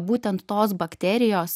būtent tos bakterijos